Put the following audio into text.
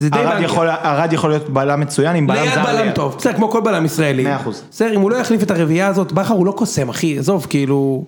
ארד יכול... ארד יכול להיות בלם מצוין... בלם טוב כמו כל בלם ישראלי, מאה אחוז. אם הוא לא יחליף את הרביעיה הזאת... בכר הוא לא קוסם אחי, עזוב כאילו.